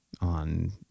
on